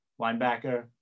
linebacker